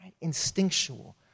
instinctual